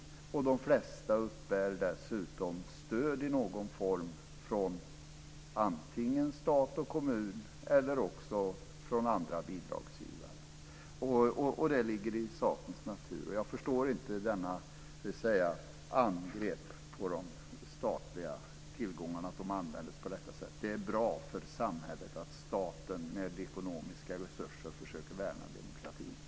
De flesta uppbär dessutom stöd i någon form antingen från stat och kommun eller också från andra bidragsgivare; det ligger i sakens natur. Jag förstår inte detta angrepp på att de statliga tillgångarna används på det här sättet. Det är i stället bra för samhället att staten med ekonomiska resurser försöker värna demokratin.